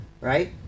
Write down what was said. Right